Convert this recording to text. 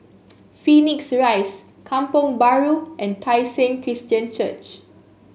Phoenix Rise Kampong Bahru and Tai Seng Christian Church